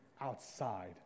outside